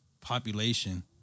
population